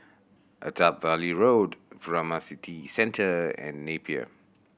Attap Valley Road Furama City Centre and Napier